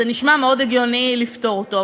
נשמע מאוד הגיוני לפתור אותו.